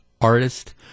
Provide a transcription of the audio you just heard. artist